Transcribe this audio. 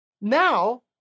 Now